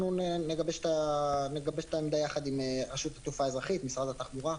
נגבש את העמדה יחד עם רשות לתעופה אזרחית ומשרד התחבורה.